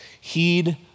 Heed